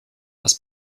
als